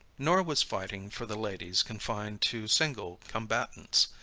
nor was fighting for the ladies confined to single combatants.